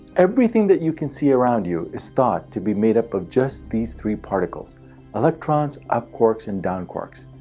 everything that you can see around you is thought to be made up of just these three particles electrons, up quarks, and down quarks.